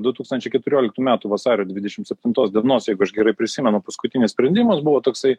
du tūkstančiai keturioliktų metų vasario dvidešim septintos dienos jeigu aš gerai prisimenu paskutinis sprendimas buvo toksai